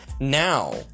now